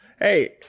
hey